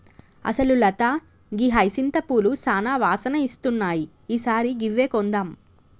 అసలు లత గీ హైసింత పూలు సానా వాసన ఇస్తున్నాయి ఈ సారి గివ్వే కొందాం